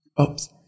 Oops